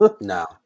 No